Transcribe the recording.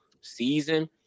season